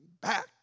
back